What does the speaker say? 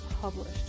published